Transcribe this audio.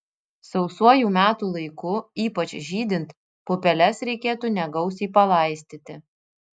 sausuoju metų laiku ypač žydint pupeles reikėtų negausiai palaistyti